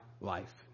life